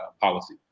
policy